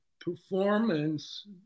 performance